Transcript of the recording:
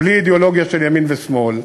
בלי אידיאולוגיה של ימין ושמאל,